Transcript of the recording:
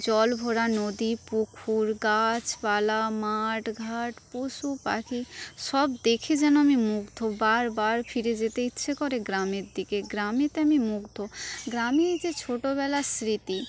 জল ভরা নদী পুকুর গাছপালা মাঠঘাট পশুপাখি সব দেখে যেন আমি মুগ্ধ বারবার ফিরে যেতে ইচ্ছে করে গ্রামের দিকে গ্রামেতে আমি মুগ্ধ গ্রামই হচ্ছে ছোটবেলার স্মৃতি